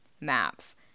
maps